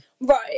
right